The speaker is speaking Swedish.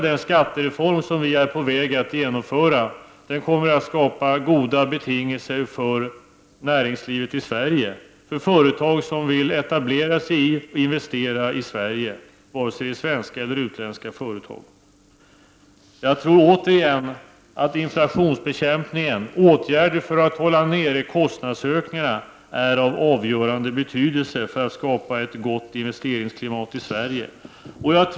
Den skattereform som vi är på väg att genomföra kommer att skapa goda betingelser för näringslivet i Sverige, för företag — såväl svenska som utländska — som vill etablera sig och investera i Sverige. Vidare är återigen inflationsbekämpningen, åtgärder för att hålla nere kostnadsökningarna, av avgörande betydelse för att skapa ett gott investeringsklimat i Sverige.